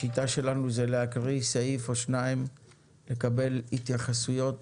השיטה שלנו היא להקריא סעיף או שניים ולקבל התייחסויות